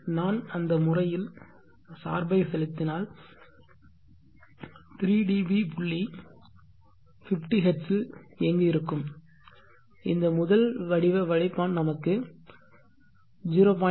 நான் அந்த முறையில் சார்பை செலுத்தினால் 3 dB புள்ளி 50 ஹெர்ட்ஸில் எங்கு இருக்கும் இந்த முதல் வடிவ வடிப்பான் நமக்கு 0